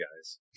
guys